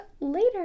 later